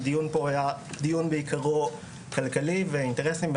הדיון היה בעיקרו כלכלי ועל אינטרסים,